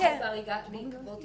שהורשעו בהריגה בעקבות התעללות,